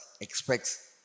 expects